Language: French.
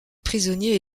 prisonniers